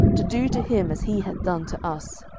to do to him as he hath done to us.